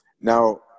Now